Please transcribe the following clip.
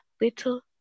little